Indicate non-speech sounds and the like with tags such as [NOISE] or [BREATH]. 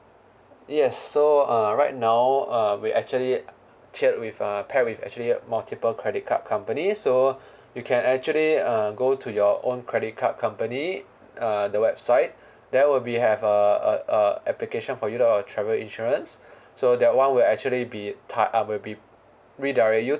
yes so uh right now uh we actually check with a pair with actually multiple credit card company so [BREATH] you can actually uh go to your own credit card company uh the website [BREATH] there will be have a a a application for you to our travel insurance [BREATH] so that one will actually be ta~ uh will be redirect you